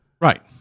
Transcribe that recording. Right